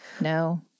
No